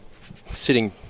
sitting